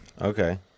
Okay